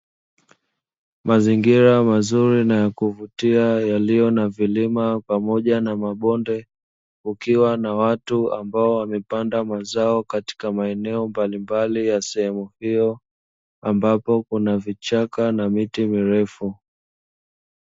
Mazingira mazuri na yakuvutia yaliyo na vilima pamoja na mabonde kukiwa na watu ambao wamepanda mazao katika maeneo mbalimbali ya sehemu hiyo. Ambapo kuna vichaka na miti mirefu.